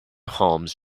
homes